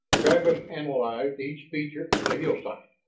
travis analyzed each feature of the hillside,